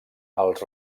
els